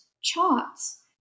charts